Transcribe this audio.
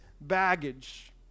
baggage